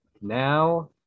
now